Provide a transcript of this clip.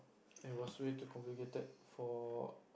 it was way too complicated for